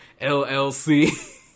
LLC